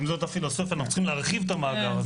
אם זאת הפילוסופיה אנחנו צריכים להרחיב את המאגר הזה.